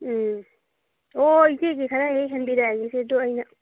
ꯎꯝ ꯑꯣ ꯏꯆꯦꯒꯤ ꯈꯔ ꯍꯦꯛ ꯍꯦꯟꯕꯤꯔꯛꯑꯒꯦꯁꯦ ꯑꯗꯨ ꯑꯩꯅ